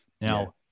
Now